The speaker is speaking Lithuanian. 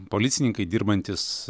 policininkai dirbantys